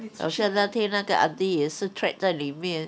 很像那天那个 aunty 也是 trap 在里面